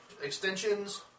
extensions